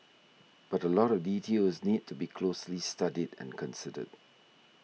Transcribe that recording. but a lot of details need to be closely studied and considered